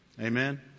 Amen